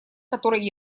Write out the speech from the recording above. которые